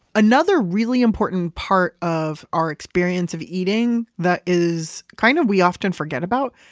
another really important part of our experience of eating that is kind of we often forget about,